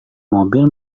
mobil